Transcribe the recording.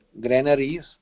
granaries